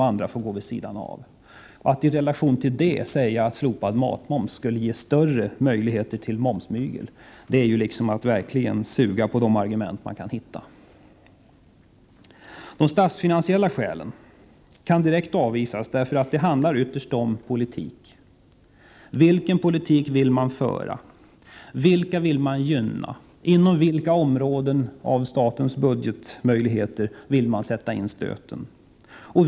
Att då säga att slopad moms på mat skulle ge större möjligheter till momsmygel är att verkligen suga på de argument man kan hitta. De statsfinansiella skälen kan direkt avvisas, Det handlar nämligen ytterst om politik. Vilken politik vill man föra? Vilka vill man gynna? Inom vilka områden av statens budgetmöjligheter vill man sätta in stöten?